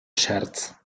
scherz